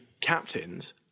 captains